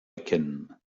erkennen